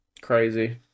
Crazy